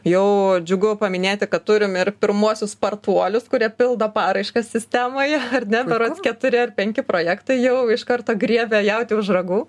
jau džiugu paminėti kad turime ir pirmuosius spartuolius kurie pildo paraiškas sistemoje ar ne berods keturi ar penki projektai jau iš karto griebė jautį už ragų